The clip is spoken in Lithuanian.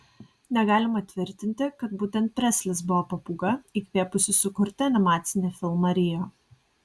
negalima tvirtinti kad būtent preslis buvo papūga įkvėpusi sukurti animacinį filmą rio